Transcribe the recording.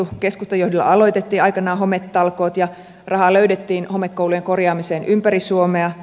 keskustan johdolla aloitettiin aikanaan hometalkoot ja rahaa löydettiin homekoulujen korjaamiseen ympäri suomea